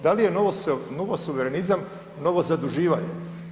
Da li je novo suverenizam novo zaduživanje?